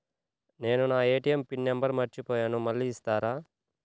నేను నా ATM PIN number మర్చిపోయాను మళ్ళీ ఇస్తారా?